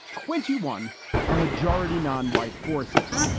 twenty one are majority non-white forces.